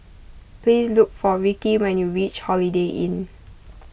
please look for Rickie when you reach Holiday Inn